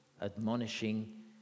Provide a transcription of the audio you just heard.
admonishing